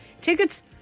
Tickets